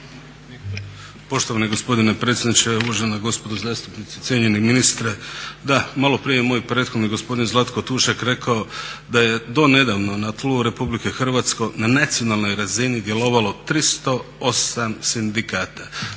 Poštovani gospodine predsjedniče, uvažena gospodo zastupnici, cijenjeni ministre. Da, malo prije je moj prethodnik gospodin Zlatko Tušak rekao da je do nedavno na tlu RH na nacionalnoj razini djelovalo 308 sindikata,